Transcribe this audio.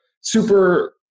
super